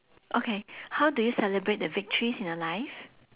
okay how do you celebrate the victories in your life